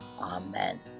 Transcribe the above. Amen